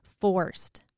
forced